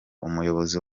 umuyobozi